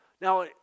Now